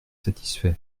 satisfait